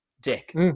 dick